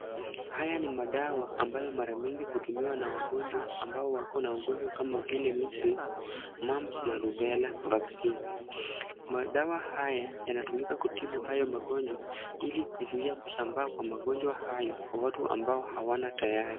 Haya ni madawa ambayo mara mingi hutumiwa na wagonjwa ambao wako na ugonjwa kama vile Measles, Mumps na Rubella Vaccine . Madawa haya yanatumika kutibu hayo magonjwa ili kuzuia kusambaa kwa magonjwa hayo kwa watu ambao hawana tayari.